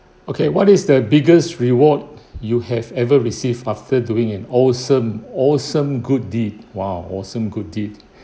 okay what is the biggest reward you have ever received after doing an awesome awesome good deed !wow! awesome good deed